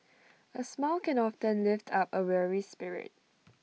A smile can often lift up A weary spirit